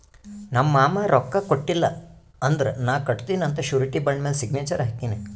ನಮ್ ಮಾಮಾ ರೊಕ್ಕಾ ಕೊಟ್ಟಿಲ್ಲ ಅಂದುರ್ ನಾ ಕಟ್ಟತ್ತಿನಿ ಅಂತ್ ಶುರಿಟಿ ಬಾಂಡ್ ಮ್ಯಾಲ ಸಿಗ್ನೇಚರ್ ಹಾಕಿನಿ